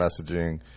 messaging